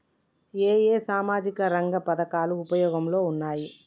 ఏ ఏ సామాజిక రంగ పథకాలు ఉపయోగంలో ఉన్నాయి?